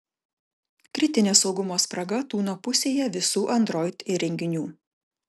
kritinė saugumo spraga tūno pusėje visų android įrenginių